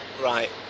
Right